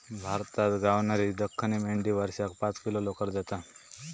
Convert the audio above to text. भारतात गावणारी दख्खनी मेंढी वर्षाक पाच किलो लोकर देता